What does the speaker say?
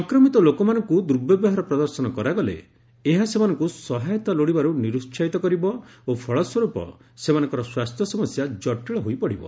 ସଂକ୍ରମିତ ଲୋକମାନଙ୍କୁ ଦୁର୍ବ୍ୟବହାର ପ୍ରଦର୍ଶନ କରାଗଲେ ଏହା ସେମାନଙ୍କୁ ସହାୟତା ଲୋଡ଼ିବାରୁ ନିରୁସାହିତ କରିବ ଓ ଫଳ ସ୍ୱର୍ପ ସେମାନଙ୍କର ସ୍ୱାସ୍ଥ୍ୟ ସମସ୍ୟା ଜଟିଳ ହୋଇପଡ଼ିବ